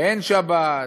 ואין שבת,